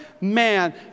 man